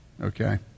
okay